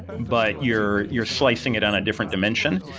but you're you're slicing it on a different dimension.